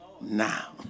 now